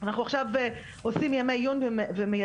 אנחנו עכשיו עושים ימי עיון ומיידעים,